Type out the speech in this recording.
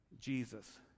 Jesus